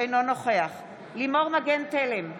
אינו נוכח לימור מגן תלם,